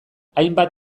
hainbat